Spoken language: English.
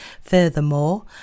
Furthermore